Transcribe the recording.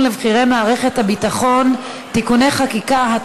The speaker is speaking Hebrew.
לבכירי מערכת הביטחון (תיקוני חקיקה),